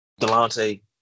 Delonte